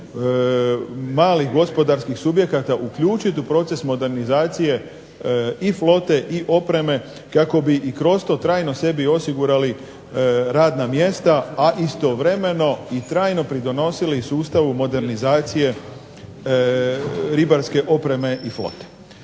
malih gospodarskih subjekata uključiti u proces modernizacije i flote i opreme, kako bi i kroz to trajno sebi osigurali radna mjesta, a istovremeno i trajno pridonosili sustavu modernizacije ribarske opreme i flote.